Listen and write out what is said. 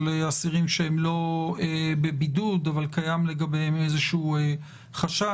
אסירים שהם לא בבידוד אבל קיים לגביהם איזשהו חשש.